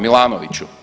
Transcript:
Milanoviću?